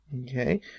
Okay